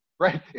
right